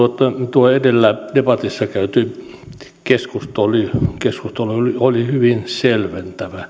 tuo edellä debatissa käyty keskustelu oli hyvin selventävä